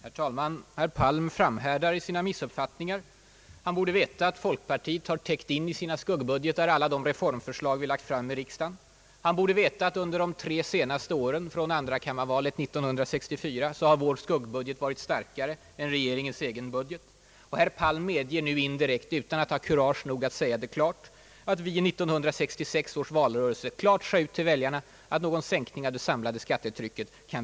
Herr talman! Herr Palm framhärdar i sina missuppfattningar. Han borde veta att folkpartiet i sina skuggbudgeter har täckt in de reformförslag som partiet lagt fram i riksdagen. Han borde veta att under de tre senaste åren från andrakammarvalet 1964 har vår budget varit starkare än regeringens. Herr Palm medger nu indirekt — utan att ha kurage att säga det klart — att vi i 1966 års valrörelse klart sade till väljarna att vi inte kunde utlova någon sänkning av det samlade skattetrycket.